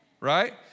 right